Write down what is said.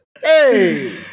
Hey